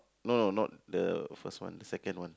no no no not the first one second one